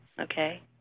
okay